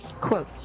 Quote